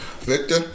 Victor